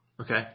Okay